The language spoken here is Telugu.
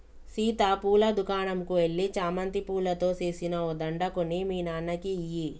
సీత పూల దుకనంకు ఎల్లి చామంతి పూలతో సేసిన ఓ దండ కొని మీ నాన్నకి ఇయ్యి